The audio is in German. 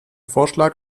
vorschlag